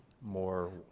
more